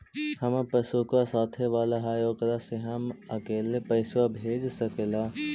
हमार पासबुकवा साथे वाला है ओकरा से हम अकेले पैसावा भेज सकलेहा?